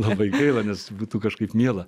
labai gaila nes būtų kažkaip miela